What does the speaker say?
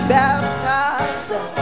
baptized